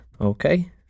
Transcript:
okay